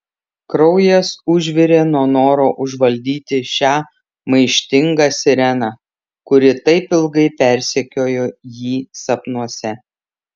kraujas užvirė nuo noro užvaldyti šią maištingą sireną kuri taip ilgai persekiojo jį sapnuose